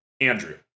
Andrew